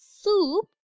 soup